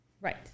right